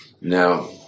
Now